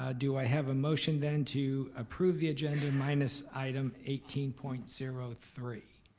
ah do i have a motion then to approve the agenda minus item eighteen point zero three?